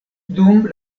dum